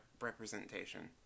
representation